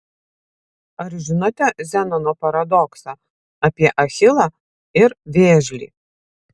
ar žinote zenono paradoksą apie achilą ir vėžlį